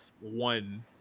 one